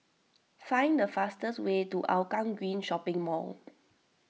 find the fastest way to Hougang Green Shopping Mall